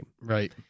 Right